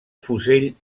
fusell